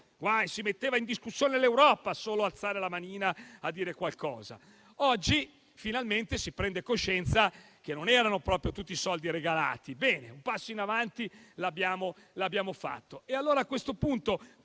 Si metteva in discussione l'Europa solo alzando la manina per dire qualcosa. Oggi, finalmente, si prende coscienza che non erano proprio tutti soldi regalati; bene, un passo in avanti l'abbiamo fatto.